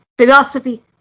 philosophy